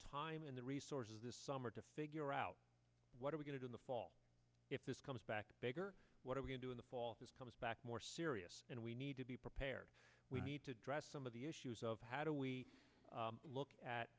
time and the resources this summer to figure out what are we going to in the fall if this comes back bigger what are we going to in the fall this comes back more serious and we need to be prepared we need to address some of the issues of how do we look at